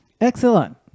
Excellent